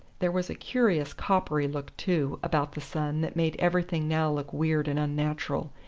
there was a curious coppery look, too, about the sun that made everything now look weird and unnatural,